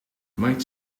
might